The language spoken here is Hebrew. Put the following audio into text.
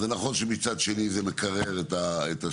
אז זה נכון שמצד שני זה מקרר את השוק.